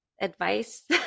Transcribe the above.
advice